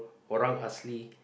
Orang Asli